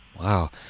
Wow